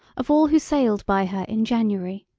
of all who sailed by her in january,